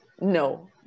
no